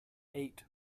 eight